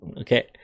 okay